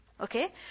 Okay